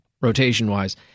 rotation-wise